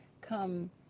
come